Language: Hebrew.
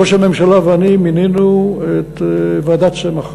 ראש הממשלה ואני מינינו את ועדת צמח,